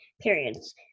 periods